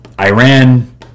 Iran